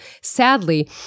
sadly